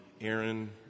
Aaron